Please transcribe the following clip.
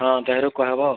ହଁ ତାହେରୁ କହେବ